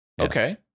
okay